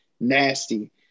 nasty